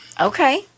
okay